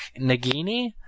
Nagini